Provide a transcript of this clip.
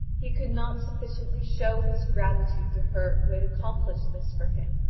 he could not sufficiently show his gratitude to her who had accomplished this for him.